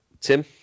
Tim